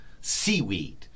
seaweed